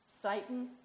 Satan